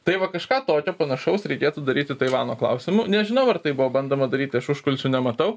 tai va kažką tokio panašaus reikėtų daryti taivano klausimu nežinau ar tai buvo bandoma daryti aš užkulisių nematau